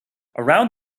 around